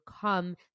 come